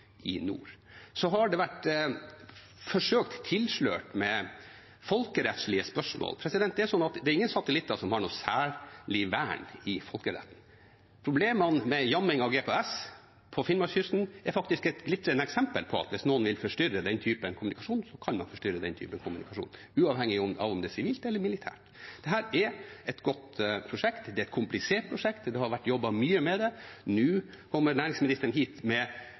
i nord. Så har det vært forsøkt tilslørt med folkerettslige spørsmål. Ingen satellitter har noe særlig vern i folkeretten. Problemene med jamming av GPS på Finnmarkskysten er faktisk et glitrende eksempel på at hvis noen vil forstyrre den typen kommunikasjon, så kan de det, uavhengig av om det er sivilt eller militært. Dette er et godt prosjekt, det er et komplisert prosjekt, og det har vært jobbet mye med det. Nå kommer næringsministeren hit med